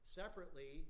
separately